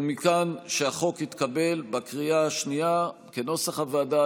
ומכאן שהחוק התקבל בקריאה השנייה כנוסח הוועדה,